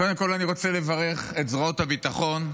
קודם כול אני רוצה לברך את זרועות הביטחון,